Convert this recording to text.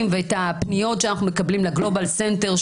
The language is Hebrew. ואת הפניות שאנחנו מקבלים לגלובל סנטר,